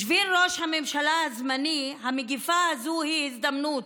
בשביל ראש הממשלה הזמני המגפה הזאת היא הזדמנות: